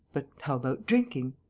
but how about drinking?